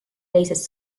teises